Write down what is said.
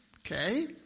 Okay